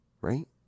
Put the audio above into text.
right